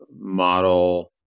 model